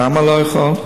למה לא יכול?